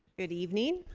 good evening.